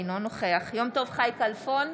אינו נוכח יום טוב חי כלפון,